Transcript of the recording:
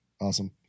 awesome